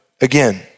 again